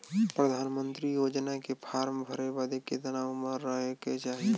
प्रधानमंत्री योजना के फॉर्म भरे बदे कितना उमर रहे के चाही?